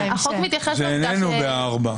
זה איננו ב-(4).